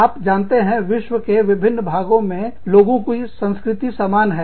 आप जानते हैं विश्व के भिन्न भागों में लोगों की संस्कृति सामान है